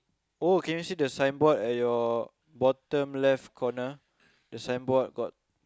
oh can you see the signboard at your bottom left corner the signboard got